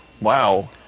Wow